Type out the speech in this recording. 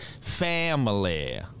family